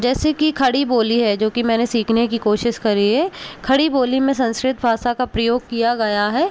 जैसे कि खड़ी बोली है जो की मैंने सीखने की कोशिश करी है खड़ी बोली में संस्कृत भाषा का प्रयोग किया गया है